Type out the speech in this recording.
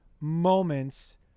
moments